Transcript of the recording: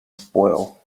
spoil